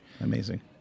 Amazing